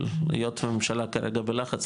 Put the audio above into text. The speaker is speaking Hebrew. אבל היות והממשלה כרגע בלחץ,